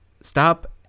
stop